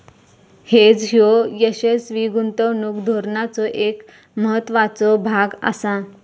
hedge ह्यो यशस्वी गुंतवणूक धोरणाचो एक महत्त्वाचो भाग आसा